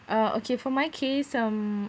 uh okay for my case um